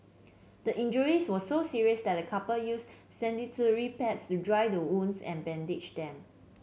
the injuries were so serious the couple used sanitary pads to dry the wounds and bandage them